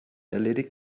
erledigt